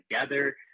together